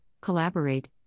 collaborate